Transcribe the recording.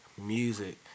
music